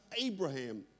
Abraham